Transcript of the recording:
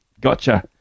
Gotcha